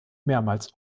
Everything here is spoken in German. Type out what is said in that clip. mehrmals